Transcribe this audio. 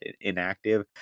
inactive